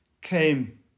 came